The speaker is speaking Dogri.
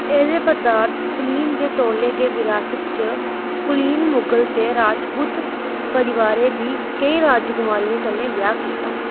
एह्दे परदार्थ सलीम दे तोले गै विरासत च कुलीन मुगल ते राजपूत परिवारें दी केईं राजकुमारियें कन्नै ब्याह् कीता